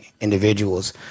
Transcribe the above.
individuals